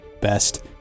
best